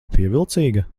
pievilcīga